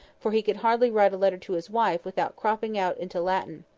for he could hardly write a letter to his wife without cropping out into latin.